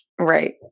right